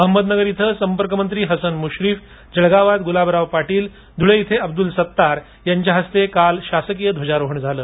अहमदनगर इथं संपर्कमंत्री हसन मूश्रीफ जळगावात गूलाबराव पाटील धूळे इथ अब्दूल सत्तार यांच्या हस्ते काल शासकीय ध्वजारोहण झालं